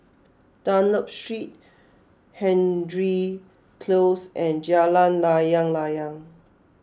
Dunlop Street Hendry Close and Jalan Layang Layang